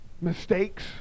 mistakes